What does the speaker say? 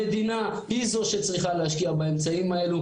המדינה היא זו שצריכה להשקיע באמצעים האלו,